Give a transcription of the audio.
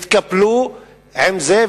אבל התקפלו מזה.